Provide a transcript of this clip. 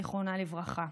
זיכרונה לברכה.